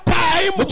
time